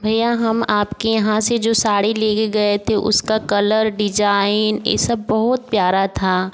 भैया हम आपके यहाँ से जो साड़ी लेके गए थे उसका कलर डिजाइन ये सब बहुत प्यारा था